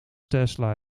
tesla